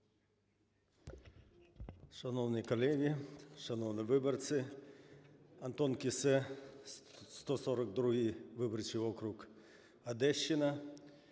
Шановні колеги, шановні виборі! Антон Кіссе, 142-й виборчий округ, Одещина.